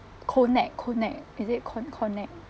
konjac konjac is it konjac